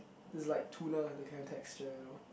it's like tuna that kind of texture you know